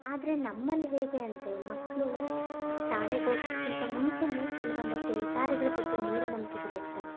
ಆದರೆ ನಮ್ಮಲ್ಲಿ ಹೇಗೆ ಅಂದರೆ ಮಕ್ಕಳು ಶಾಲೆಗೆ ಹೋಗೋದ್ಕಿಂತ ಮುಂಚೆನೇ ಕೆಲವೊಂದಷ್ಟು ವಿಚಾರಗಳ ಬಗ್ಗೆ ಮೂಢನಂಬಿಕೆಗಳಿರ್ತವೆ